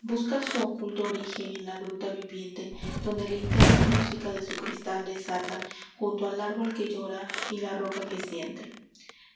busca su oculto origen en la gruta viviente donde la interna música de su cristal desata junto al árbol que llora y la roca que siente